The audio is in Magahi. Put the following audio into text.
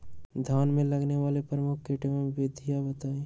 धान में लगने वाले प्रमुख कीट एवं विधियां बताएं?